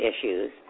issues